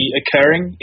occurring